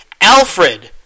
Alfred